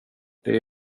det